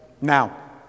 Now